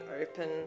open